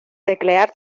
teclear